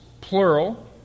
plural